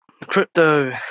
Crypto